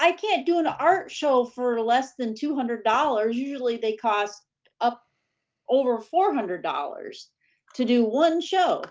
i can't do an art show for less than two hundred dollars. usually, they cost up over four hundred dollars to do one show.